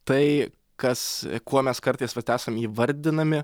tai kas kuo mes kartais vat esam įvardinami